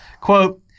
Quote